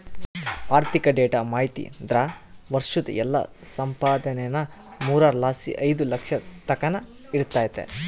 ಆರ್ಥಿಕ ಡೇಟಾ ಮಾಹಿತಿದಾರ್ರ ವರ್ಷುದ್ ಎಲ್ಲಾ ಸಂಪಾದನೇನಾ ಮೂರರ್ ಲಾಸಿ ಐದು ಲಕ್ಷದ್ ತಕನ ಇರ್ತತೆ